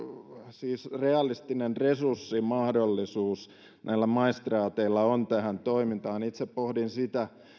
siis tällainen realistinen resurssimahdollisuus näillä maistraateilla on tähän toimintaan itse pohdin sitä